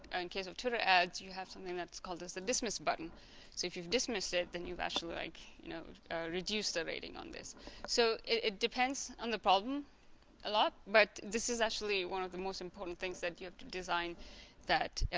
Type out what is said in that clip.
and case of twitter ads you have something that's called as the dismiss button so if you've dismissed it then you've actually like you know reduced the rating on this so it depends on the problem a lot but this is actually one of the most important things that you have to design that